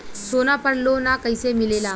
सोना पर loan कइसे मिलेला?